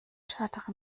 chartere